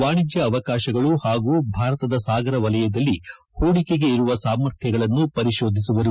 ವಾಣಿಜ್ಯ ಅವಕಾಶಗಳು ಹಾಗೂ ಭಾರತದ ಸಾಗರ ವಲಯದಲ್ಲಿ ಹೂಡಿಕೆಗೆ ಇರುವ ಸಾಮರ್ಥ್ನಗಳನ್ನು ಪರಿಶೋಧಿಸುವರು